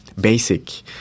basic